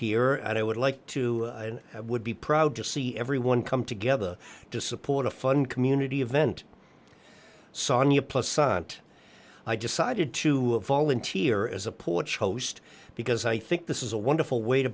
here and i would like to and would be proud to see everyone come together to support a fun community event sagna plus sont i decided to volunteer as a porch host because i think this is a wonderful way to